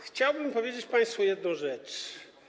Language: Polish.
Chciałbym powiedzieć państwu jedną rzecz.